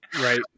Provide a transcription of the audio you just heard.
Right